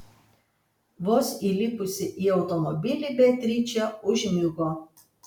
vos įlipusi į automobilį beatričė užmigo